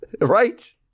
Right